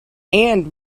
and